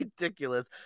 ridiculous